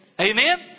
Amen